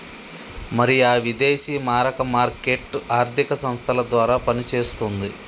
మరి ఆ విదేశీ మారక మార్కెట్ ఆర్థిక సంస్థల ద్వారా పనిచేస్తుంది